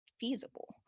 feasible